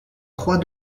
croix